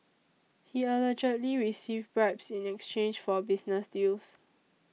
he allegedly received bribes in exchange for business deals